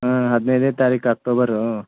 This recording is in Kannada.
ಹಾಂ ಹದಿನೈದನೇ ತಾರೀಕು ಅಕ್ಟೋಬರು